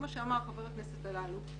כמו שאמר חבר הכנסת אלאלוף,